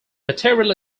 material